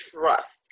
trust